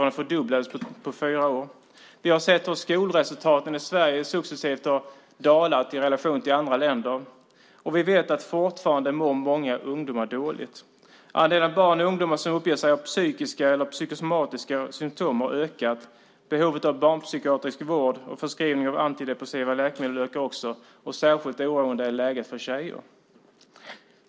Den fördubblades på fyra år. Vi har sett hur skolresultaten successivt har dalat i relation till andra länder. Och vi vet att fortfarande mår många ungdomar dåligt. Andelen barn och ungdomar som uppger sig ha psykiska eller psykosomatiska symtom har ökat. Behovet av barnpsykiatrisk vård och förskrivning av antidepressiva läkemedel ökar också. Särskilt oroande är läget för tjejer.